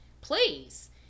Please